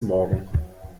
morgen